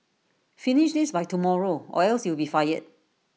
finish this by tomorrow or else you'll be fired